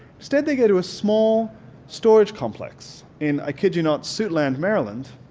instead they go to a small storage complex, in i kid you not suitland, maryland,